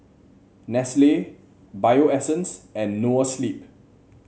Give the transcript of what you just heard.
Nestle Bio Essence and Noa Sleep